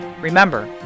Remember